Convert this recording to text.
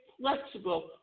flexible